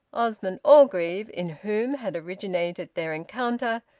osmond orgreave, in whom had originated their encounter,